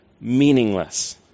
meaningless